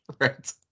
Right